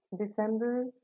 December